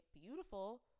beautiful